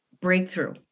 breakthrough